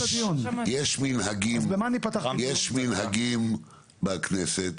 יש מנהגים בכנסת